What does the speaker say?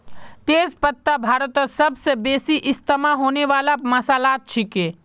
तेज पत्ता भारतत सबस बेसी इस्तमा होने वाला मसालात छिके